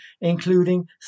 including